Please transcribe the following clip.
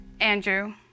Andrew